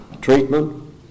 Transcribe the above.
treatment